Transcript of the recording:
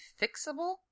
fixable